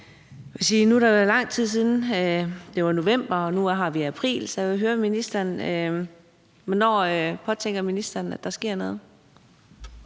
nu er det lang tid siden, det var november – nu har vi april – så jeg vil høre, hvornår ministeren påtænker at der sker noget?